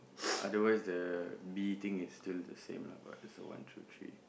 otherwise the B thing is still the same lah but there's the one two three